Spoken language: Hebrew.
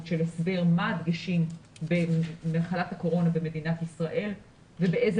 עם הסבר על מה ההדגשים במחלת הקורונה במדינת ישראל ובאיזה